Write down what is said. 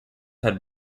had